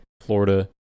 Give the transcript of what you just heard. Florida